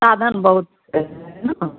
साधन बहुत छै नहि कह